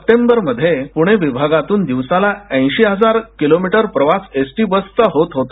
September मध्ये पुणे विभागातून दिवसाला ऐंशी हजार किलोमीटर प्रवास एसटी बसचा होत होता